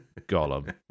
Gollum